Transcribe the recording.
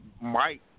Mike